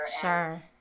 Sure